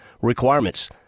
requirements